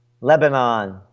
Lebanon